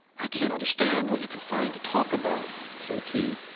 i cant understand what you can find to talk about, says he.